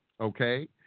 Okay